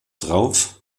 darauf